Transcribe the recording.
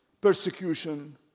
persecution